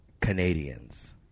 Canadians